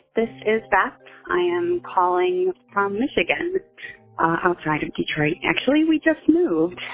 this is fast. i am calling from michigan outside of detroit. actually, we just moved.